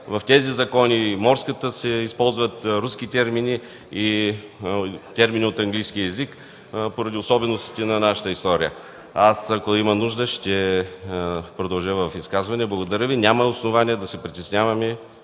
в тези закони се използват руски термини и термини от английски език поради особеностите на нашата история. Ако има нужда, ще продължа с изказване. Благодаря. Няма основание да се притесняваме